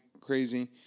crazy